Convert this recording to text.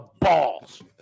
balls